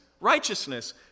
righteousness